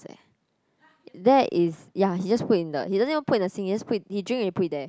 that is ya he just put in the he doesn't even put it in the sink he drink already he just put it there